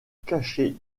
cachée